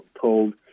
told